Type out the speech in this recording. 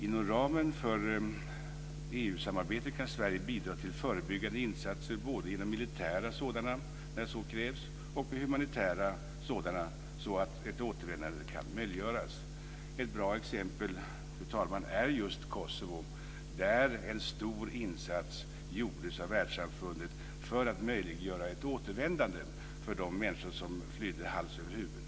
Inom ramen för EU-samarbetet kan Sverige bidra till förebyggande insatser, både militära sådana, när sådana krävs, och humanitära, så att ett återvändande kan möjliggöras. Ett bra exempel är Kosovo, där en stor insats gjordes av världssamfundet för att möjliggöra ett återvändande för de människor som flydde hals över huvud.